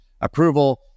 approval